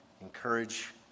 encourage